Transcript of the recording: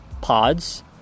pods